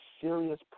serious